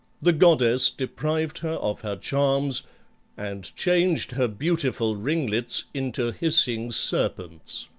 the goddess deprived her of her charms and changed her beautiful ringlets into hissing serpents.